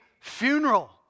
funeral